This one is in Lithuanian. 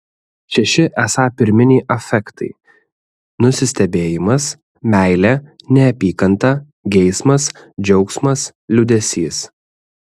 šeši esą pirminiai afektai nusistebėjimas meilė neapykanta geismas džiaugsmas liūdesys